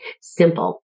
simple